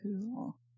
Cool